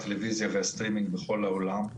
הטלוויזיה והסטרימינג בכל העולם.